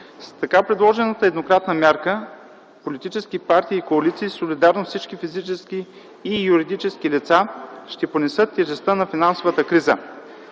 С така предложената еднократна мярка и политическите партии и коалиции, солидарно с всички физически и юридически лица, ще понесат тежестта на финансовата криза.